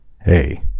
Hey